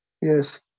Yes